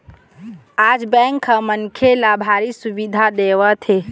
आज बेंक ह मनखे ल भारी सुबिधा देवत हे